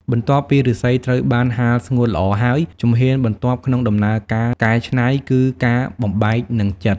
បន្ទាប់ពីឫស្សីត្រូវបានហាលស្ងួតល្អហើយ ជំហានបន្ទាប់ក្នុងដំណើរការកែច្នៃគឺការបំបែក និងចិត។